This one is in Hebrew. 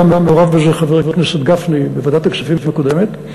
היה מעורב בזה חבר הכנסת גפני בוועדת הכספים הקודמת,